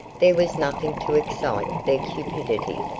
there was nothing to excite their cupidity.